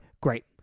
great